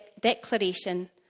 declaration